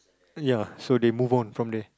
ya so they move on from there